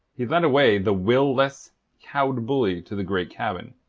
he led away the will-less, cowed bully to the great cabin.